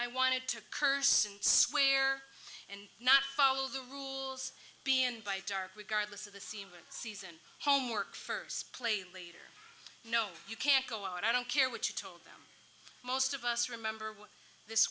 i wanted to curse and swear and not follow the rules being by dark we've got a list of the senior season homework first play later no you can't go on i don't care what you told them most of us remember this